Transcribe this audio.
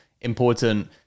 important